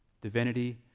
divinity